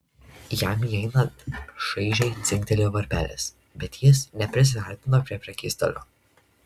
jam įeinant šaižiai dzingtelėjo varpelis bet jis neprisiartino prie prekystalio